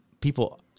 people